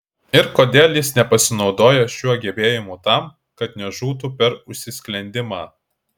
ir kodėl jis nepasinaudoja šiuo gebėjimu tam kad nežūtų per užsisklendimą